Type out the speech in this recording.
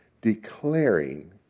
declaring